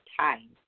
time